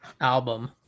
album